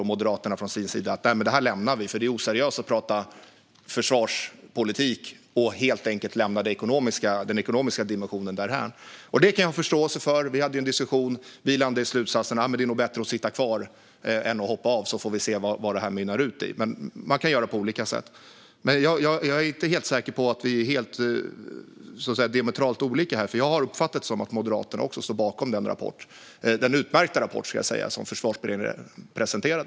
Moderaterna valde att lämna Försvarsberedningen, eftersom det är oseriöst att prata försvarspolitik och helt lämna den ekonomiska dimensionen därhän. Det kan jag ha förståelse för. Vi hade en diskussion och landade i slutsatsen att det nog var bättre att sitta kvar än att hoppa av och sedan se vad det mynnade ut i. Man kan göra på olika sätt. Men jag är inte helt säker på att vi är diametralt olika här, för jag har uppfattat det som att också Moderaterna står bakom den utmärkta rapport som Försvarsberedningen presenterade.